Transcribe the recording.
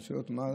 אני שואל מה?